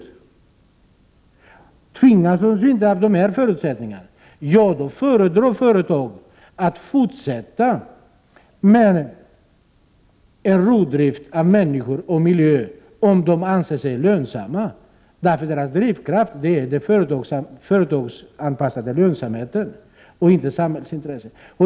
Om företagen inte tvingas av dessa förutsättningar föredrar de att fortsätta med en rovdrift av människor och miljö där de anser detta vara lönsamt, på grund av att deras drivkraft är den företagsanpassade lönsamheten och inte samhällsintresset.